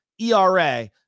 ERA